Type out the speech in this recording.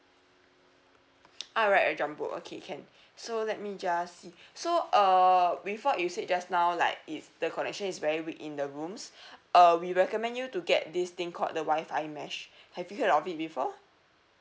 ah right a jumbo okay can so let me just see so err with what you said just now like is the connection is very weak in the rooms uh we recommend you to get this thing called the WI-FI mesh have you heard of it before